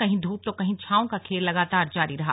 कहीं धूप तो कहीं छांव का खेल लगातार जारी रहा